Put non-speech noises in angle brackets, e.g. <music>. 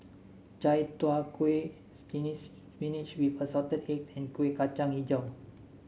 Chai Tow Kway <unintelligible> spinach with Assorted Eggs and Kuih Kacang hijau